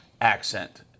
accent